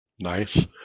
Nice